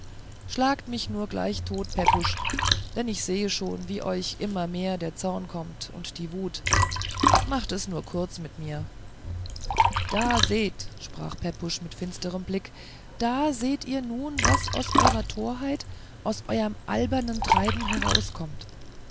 schlagt mich nur gleich tot pepusch denn ich sehe schon wie euch immer mehr der zorn kommt und die wut macht es kurz mit mir da seht sprach pepusch mit finsterm blick da seht ihr nun was aus eurer torheit aus euerm albernen treiben herauskommt